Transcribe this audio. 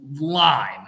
line